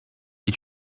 est